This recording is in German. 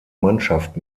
mannschaft